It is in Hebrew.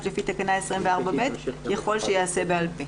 לנו איזשהו אמצעי קל לאתר